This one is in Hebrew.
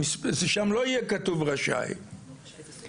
שם לא יהיה כתוב רשאי אלא להיפך,